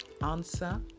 answer